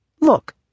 Look